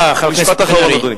משפט אחרון,